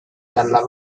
dalla